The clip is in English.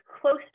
close